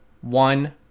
one